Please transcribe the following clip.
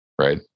right